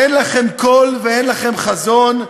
אין לכם קול ואין לכם חזון,